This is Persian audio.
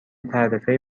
تعرفه